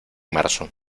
marzo